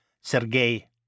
Sergei